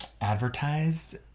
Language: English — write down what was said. advertised